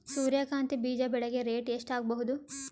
ಸೂರ್ಯ ಕಾಂತಿ ಬೀಜ ಬೆಳಿಗೆ ರೇಟ್ ಎಷ್ಟ ಆಗಬಹುದು?